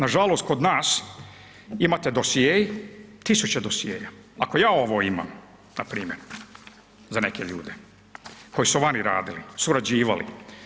Nažalost kod nas imate dosje, 1.000 dosjea, ako ja ovo imam npr. za neke ljude koji su vani radili, surađivali.